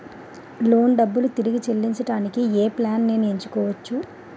Loan డబ్బులు తిరిగి చెల్లించటానికి ఏ ప్లాన్ నేను ఎంచుకోవచ్చు?